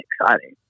exciting